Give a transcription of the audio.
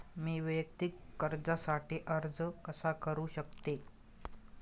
मी वैयक्तिक कर्जासाठी अर्ज कसा करु शकते?